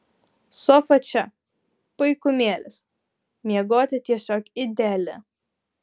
sofa čia puikumėlis miegoti tiesiog ideali